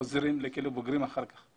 חוזרים לכלא אחר כך כשהם בוגרים.